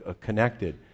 connected